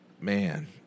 man